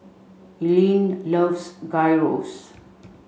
Ilene loves Gyros